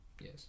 Yes